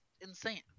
insane